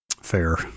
Fair